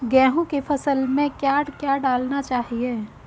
गेहूँ की फसल में क्या क्या डालना चाहिए?